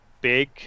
big